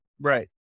Right